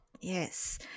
Yes